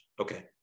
Okay